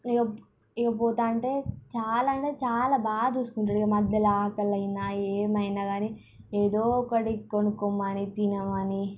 ఇక ఇక పోతుంటే చాలా అంటే చాలా బాగా చూసుకుంటాడు ఇక మధ్యలో ఆకలైనా ఏమైనా కానీ ఏదో ఒకటి కొనుక్కోమని తినమని